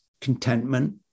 contentment